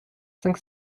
cinq